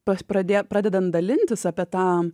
pa pradė pradedam dalintis apie tą